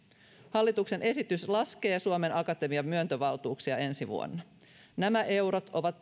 hallituksen esitys laskee suomen akatemian myöntövaltuuksia ensi vuonna nämä eurot ovat